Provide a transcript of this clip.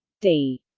d.